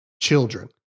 children